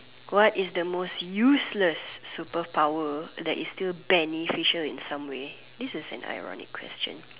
what is the most useless superpower that is still beneficial in some way this is an ironic question